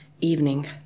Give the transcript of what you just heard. evening